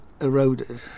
eroded